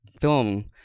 film